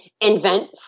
invent